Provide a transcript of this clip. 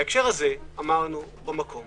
בהקשר הזה אמרנו במקום